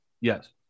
Yes